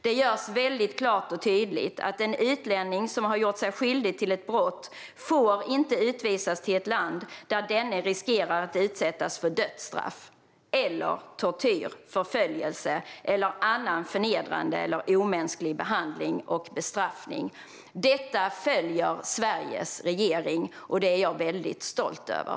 Det görs väldigt klart och tydligt att en utlänning som har gjort sig skyldig till ett brott inte får utvisas till ett land där denne riskerar att utsättas för dödsstraff eller tortyr, förföljelse eller annan förnedrande eller omänsklig behandling eller bestraffning. Detta följer Sveriges regering, och det är jag väldigt stolt över.